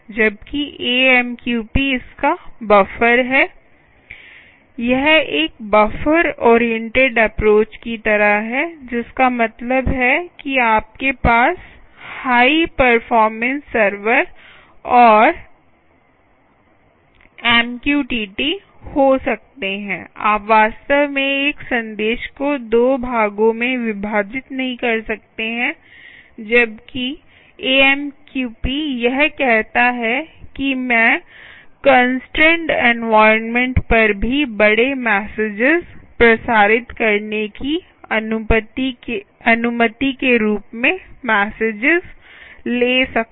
जबकि AMQP इसका buffer है यह एक बफर ओरिएंटेड अप्रोच की तरह है जिसका मतलब है कि आपके पास हाई परफॉरमेंस सर्वर और MQTT हो सकते हैं आप वास्तव में एक संदेश को दो भागों में विभाजित नहीं कर सकते हैं जबकि AMQP यह कहता है कि मैं कन्स्ट्रैनड एनवायरनमेंट पर भी बड़े मेसेजस प्रसारित करने की अनुमति के रूप में मेसेजस ले सकता हूं